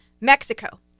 Mexico